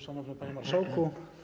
Szanowny Panie Marszałku!